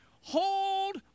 Hold